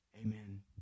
Amen